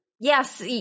Yes